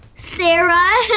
sarah?